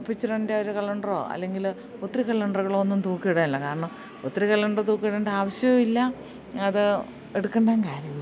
പിച്ചറിൻ്റെ ഒരു കളണ്ടറോ അല്ലെങ്കിൽ ഒത്തിരി കലണ്ടറുകളൊ ഒന്നും തൂക്കി ഇടില്ല കാരണം ഒത്തിരി കളണ്ടർ തൂക്കിയിടേണ്ട ആവശ്യോം ഇല്ല അത് എടുക്കണ്ടേൻ കാര്യം ഇല്ല